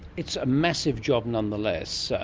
it's a massive job nonetheless.